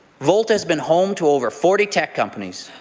volt has been home to over forty tech companies.